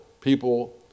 people